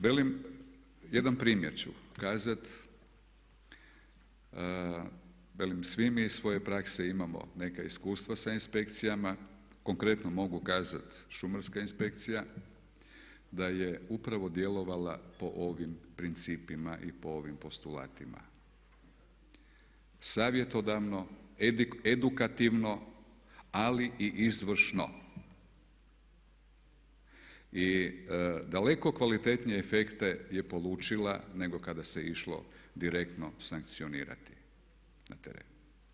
Velim jedan primjer ću kazat, velim svi mi iz svoje prakse imamo neka iskustva sa inspekcijama, konkretno mogu kazat Šumarska inspekcija, da je upravo djelovala po ovim principa i po ovim postulatima, savjetodavno, edukativno ali i izvršno i daleko kvalitetnije efekte je polučila nego kada se išlo direktno sankcionirati na teren.